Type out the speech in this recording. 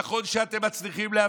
נכון שאתם מצליחים להפחיד,